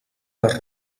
les